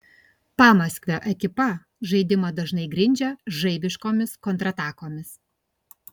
pamaskvio ekipa žaidimą dažnai grindžia žaibiškomis kontratakomis